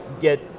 get